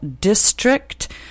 District